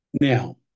Now